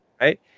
right